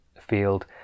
field